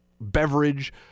beverage